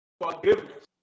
forgiveness